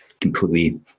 completely